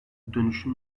dönüşüm